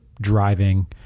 driving